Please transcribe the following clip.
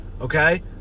okay